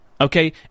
Okay